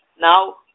now